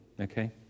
okay